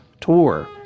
tour